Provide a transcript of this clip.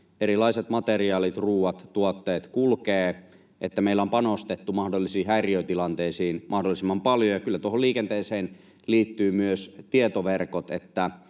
erilaiset materiaalit, ruuat, tuotteet kulkevat, että meillä on panostettu mahdollisiin häiriötilanteisiin mahdollisimman paljon, ja kyllä tuohon liikenteeseen liittyvät myös tietoverkot,